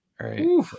right